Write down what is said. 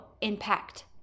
impact